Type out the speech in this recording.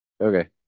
Okay